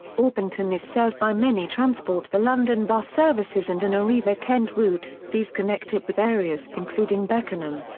orpington is served by many transport for london bus services and an arriva kent route, these connect it with areas including beckenham,